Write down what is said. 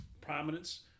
prominence